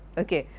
ok.